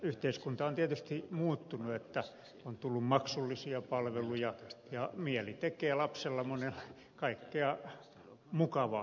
yhteiskunta on tietysti muuttunut on tullut maksullisia palveluja ja lapsen mieli tekee kaikkea mukavaa